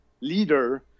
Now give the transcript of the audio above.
leader